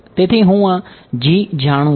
તેથી હું આ જાણું છું